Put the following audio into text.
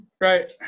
Right